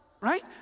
right